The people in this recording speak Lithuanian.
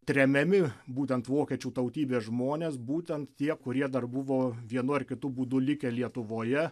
tremiami būtent vokiečių tautybės žmonės būtent tie kurie dar buvo vienu ar kitu būdu likę lietuvoje